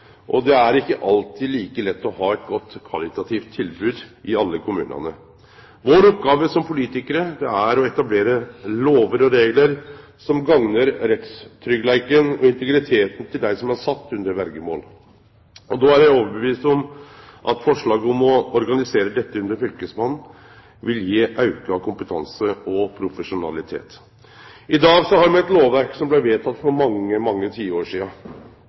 og det er ikkje alltid like lett å ha eit godt kvalitativt tilbod i alle kommunane. Vår oppgåve som politikarar er å etablere lover og reglar som gagnar rettstryggleiken og integriteten til dei som er sette under verjemål. Då er eg overtydd om at forslaget om å organisere dette under fylkesmannen vil gje auka kompetanse og profesjonalitet. I dag har me eit lovverk som blei vedteke for mange tiår sidan.